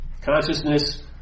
Consciousness